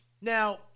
Now